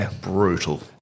brutal